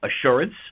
assurance